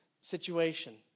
situation